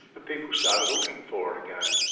and people started looking for it again.